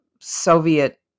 Soviet